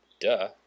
duh